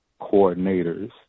coordinators